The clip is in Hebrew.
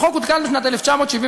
החוק עודכן בשנת 1975,